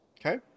Okay